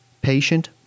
patient